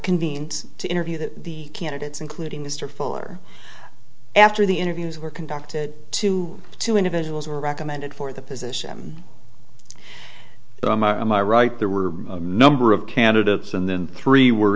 convened to interview that the candidates including mr fuller after the interviews were conducted to two individuals were recommended for the position but i'm i'm i right there were a number of candidates and then three were